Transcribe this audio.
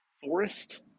Forest